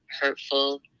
hurtful